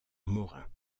morin